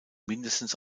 mindestens